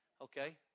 Okay